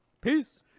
peace